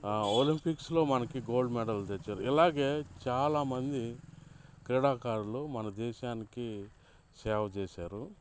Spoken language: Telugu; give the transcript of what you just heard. ఒలంపిక్స్లో మనకి గోల్డ్ మెడల్ తెచ్చారు ఇలాగే చాలామంది క్రీడాకారులు మన దేశానికి సేవ చేశారు